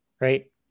right